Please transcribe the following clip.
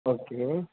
okay